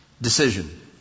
decision